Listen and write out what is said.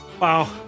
Wow